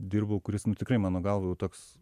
dirbau kuris tikrai mano galva jau toks